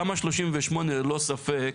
תמ"א 38 ללא ספק